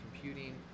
computing